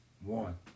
One